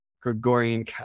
Gregorian